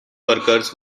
workers